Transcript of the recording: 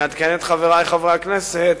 אני אעדכן את חברי חברי הכנסת,